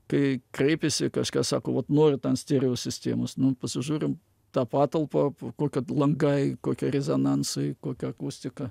kai kreipiasi kažkas sako vat noriu ten stereo sistemos nu pasižiūrim tą patalpą kokie langai kokie rezonansai kokia akustika